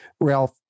Ralph